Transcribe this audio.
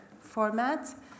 format